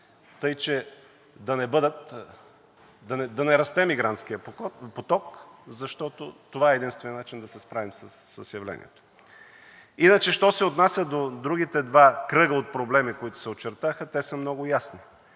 тъй че да не расте мигрантският поток, защото това е единственият начин да се справим с явлението. Иначе що се отнася до другите два кръга от проблеми, които се очертаха, те са много ясни